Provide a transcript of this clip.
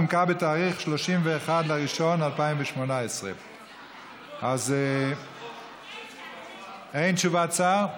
ההצעה נומקה בתאריך 31 בינואר 2018. אין תשובת שר?